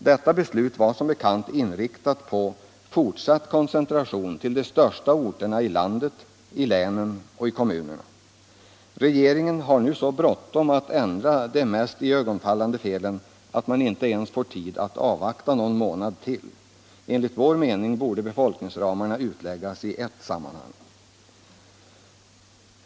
Detta beslut var som bekant inriktat på fortsatt koncentration till de största orterna i landet, i länen och i kommunerna. Regeringen har nu så bråttom att ändra de mest iögonenfallande felen, att man inte ens får tid att avvakta någon månad till. Enligt vår mening borde befolkningsramarna utläggas i ett sammanhang.